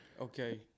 Okay